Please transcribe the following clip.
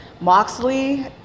Moxley